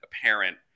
apparent